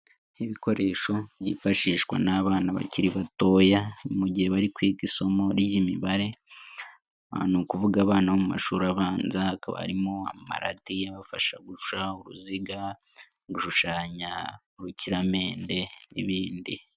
Ibikoresho byifashishwa n'abana bakiri batoya, mu gihe bari kwiga isomo ry'imibare, ni ukuvuga abana bo mu mashuri abanza, hakaba harimo amarati abafasha guca uruziga, gushushanya urukiramende n'ibindi.